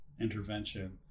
intervention